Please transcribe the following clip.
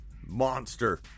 monster